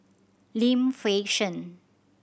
Lim Fei Shen